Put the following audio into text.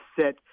set